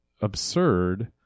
absurd